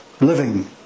living